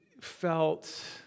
felt